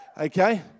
Okay